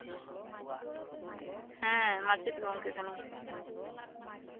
ᱦᱮᱸ ᱢᱟᱪᱮᱛ ᱜᱚᱝᱠᱮ ᱠᱟᱹᱱᱟᱹᱧ